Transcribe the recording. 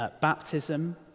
baptism